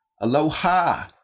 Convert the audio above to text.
Aloha